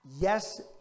Yes